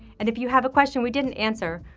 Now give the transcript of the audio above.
and if you have a question we didn't answer,